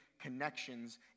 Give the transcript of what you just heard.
connections